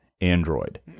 android